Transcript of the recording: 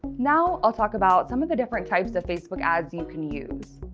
now i'll talk about some of the different types of facebook ads you can use.